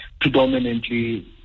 predominantly